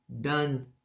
done